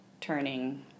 turning